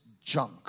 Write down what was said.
junk